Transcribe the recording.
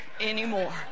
anymore